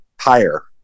higher